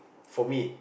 for me